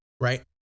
right